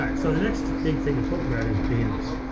yeah so the next big thing to talk about is bins.